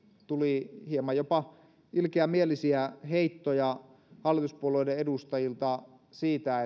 tuli hieman jopa ilkeämielisiä heittoja hallituspuolueiden edustajilta siitä